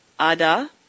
Ada